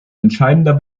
entscheidender